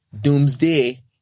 doomsday